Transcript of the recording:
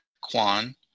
Kwan